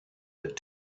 but